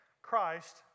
Christ